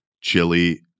Chili